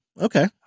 Okay